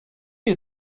you